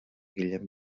guillem